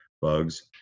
bugs